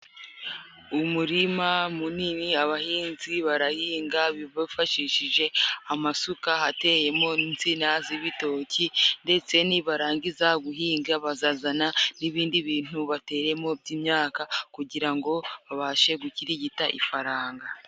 Umurima munini, abahinzi barahinga bifashishije amasuka, hateyemo insina z'ibitoki, ndetse ni barangiza guhinga bazazana n'ibindi bintu bateremo by'imyaka, kugira ngo babashe gukirigita ifaranga.